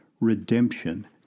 redemption